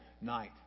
night